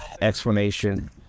explanation